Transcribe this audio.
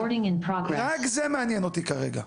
רק זה מעניין אותי כרגע.